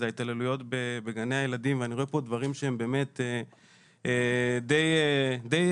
זה ההתעללויות בגני הילדים ואני רואה פה דברים שהם באמת די חופפים,